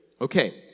Okay